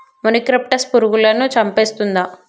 మొనిక్రప్టస్ పురుగులను చంపేస్తుందా?